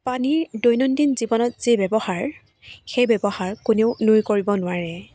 পানীৰ দৈনন্দিন জীৱনত যি ব্যৱহাৰ সেই ব্যৱহাৰ কোনেও নুই কৰিব নোৱাৰে